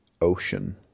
Ocean